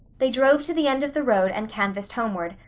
they drove to the end of the road and canvassed homeward,